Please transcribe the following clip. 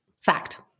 Fact